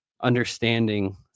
understanding